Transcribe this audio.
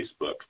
Facebook